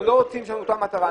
אנחנו לא רוצים שלא ישלמו.